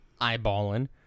eyeballing